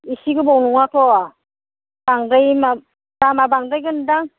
एसे गोबाव नङाथ' बांद्राय मा दामा बांद्रायगोनदां